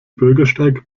bürgersteig